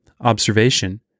observation